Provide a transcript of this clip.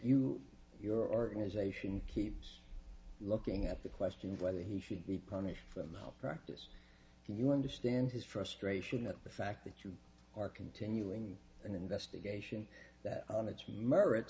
you your organization keeps looking at the question of whether he should be punished for malpractise do you understand his frustration at the fact that you are continuing an investigation that on its m